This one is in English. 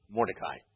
Mordecai